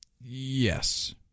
Yes